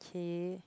k